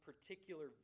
particular